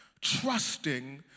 trusting